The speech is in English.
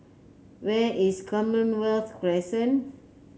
where is Commonwealth Crescent